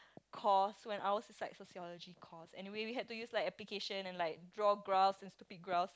course when ours is like sociology course anyway we had to use like application and like draw graphs and stupid graphs